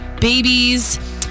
babies